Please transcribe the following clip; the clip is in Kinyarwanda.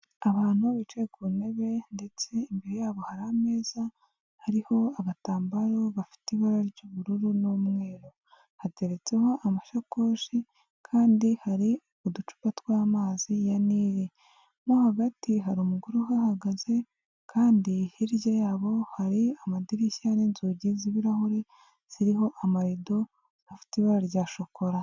Abantu bicaye ku ntebe ndetse imbere yabo hari ameza, hariho agatambaro gafite ibara ry'ubururu n'umweru. Hateretseho amashakoshi kandi hari uducupa tw'amazi ya Nili. Mo hagati hari umugore uhahagaze kandi hirya yabo hari amadirishya n'inzugi z'ibirahure ziriho amarido afite ibara rya shokora.